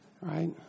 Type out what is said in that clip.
right